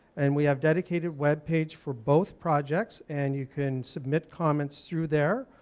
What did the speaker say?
and we have dedicated webpage for both projects, and you can submit comments through there,